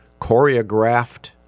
choreographed